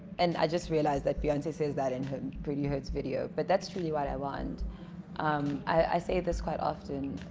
and i just realized that beyonce says that in from pretty hurts video but that's truly what i want um i say this quite often